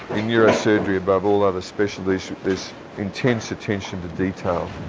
in neurosurgery, above all other specialties, there's intense attention to detail.